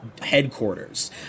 headquarters